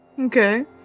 Okay